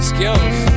Skills